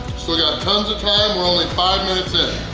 still got tons of time we're only five minutes in.